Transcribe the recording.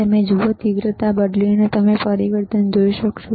તમે જુઓ તીવ્રતા બદલીને તમે પરિવર્તન જોઈ શકશો